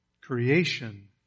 Creation